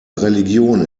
religion